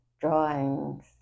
drawings